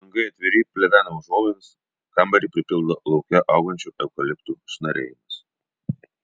langai atviri plevena užuolaidos kambarį pripildo lauke augančių eukaliptų šnarėjimas